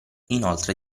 inoltre